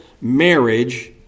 marriage